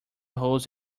holes